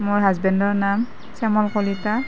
মোৰ হাজবেণ্ডৰ নাম শ্যামল কলিতা